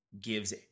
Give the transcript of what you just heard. gives